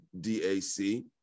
DAC